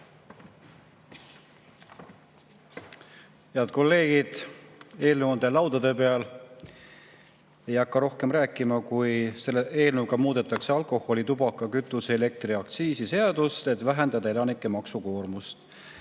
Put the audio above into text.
Head kolleegid! Eelnõu on teie laudade peal. Ei hakka rohkem rääkima kui seda, et selle eelnõuga muudetakse alkoholi-, tubaka-, kütuse- ja elektriaktsiisi seadust, et vähendada elanike maksukoormust.